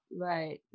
Right